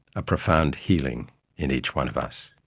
a profound healing in each one of us.